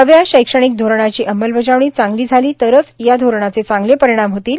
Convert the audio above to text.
नव्या शैक्षणिक धोरणाची अंमलबजावणी चांगली झाली तरच या धोरणाचे चांगले परिणाम होतील